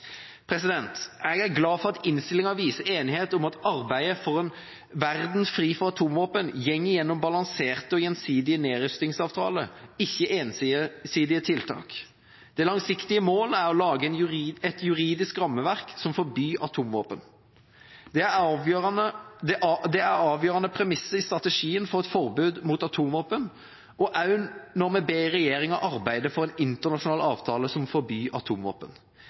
Jeg er glad for at innstillinga viser enighet om at arbeidet for en verden fri for atomvåpen går gjennom balanserte og gjensidige nedrustningsavtaler, ikke ensidige tiltak. Det langsiktige målet er å lage et juridisk rammeverk som forbyr atomvåpen. Det er avgjørende premisser i strategien for et forbud mot atomvåpen – også når vi ber regjeringa arbeide for en internasjonal avtale som forbyr atomvåpen.